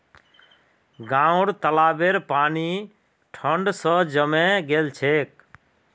गांउर तालाबेर पानी ठंड स जमें गेल छेक